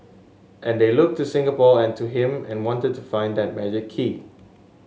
and they looked to Singapore and to him and wanted to find that magic key